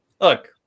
Look